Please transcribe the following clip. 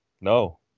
no